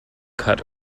cut